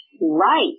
Right